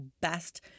best